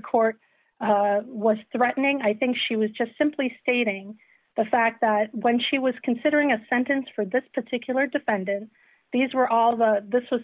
court was threatening i think she was just simply stating the fact that when she was considering a sentence for this particular defendant these were all the this was